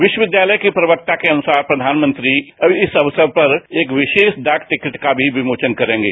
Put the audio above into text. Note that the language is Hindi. विश्वविद्यालय के प्रक्ता के अनुसार प्रवानमंत्री इस अवसर पर एक विशेष डाक टिकट का भी विमोचन करेंगे